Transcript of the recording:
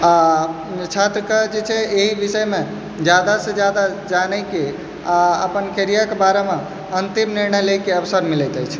आओर छात्रके जे छै एहि विषयमे जादा सँ जादा जानैके आओर अपन कैरियरके बारेमे अन्तिम निर्णय लैके अवसर मिलैत अछि